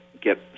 get